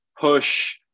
push